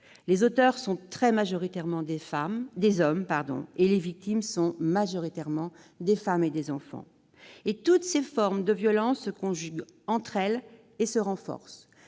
Les auteurs sont très majoritairement des hommes, et les victimes sont majoritairement des femmes et des enfants. Toutes les formes de violences se conjuguent et se renforcent